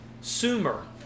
sumer